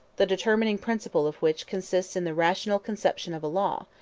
the determining principle of which consists in the rational conception of a law,